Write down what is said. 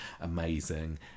amazing